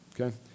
okay